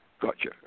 Gotcha